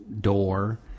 door